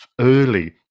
early